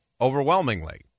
overwhelmingly